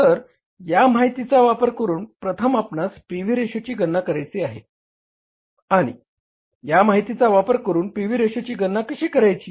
तर या माहितीचा वापर करून प्रथम आपणास पी व्ही रेशोची गणना करायची आहे आणि या माहितीचा वापर करून पी व्ही रेशोची गणना कशी करायची